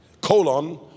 colon